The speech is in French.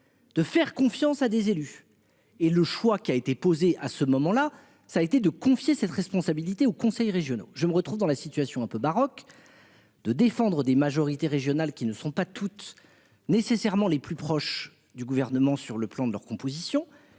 De faire confiance à des élus et le choix qui a été posée à ce moment-là, ça a été de confier cette responsabilité au conseil régionaux. Je me retrouve dans la situation un peu baroque. De défendre des majorités régionales qui ne sont pas toutes nécessairement les plus proches du gouvernement sur le plan de leur composition